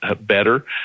better